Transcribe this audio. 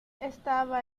estaba